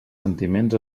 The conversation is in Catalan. sentiments